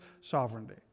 sovereignty